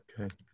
okay